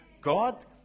God